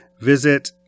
visit